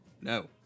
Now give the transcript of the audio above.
No